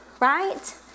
right